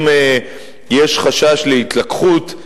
אם יש חשש להתלקחות,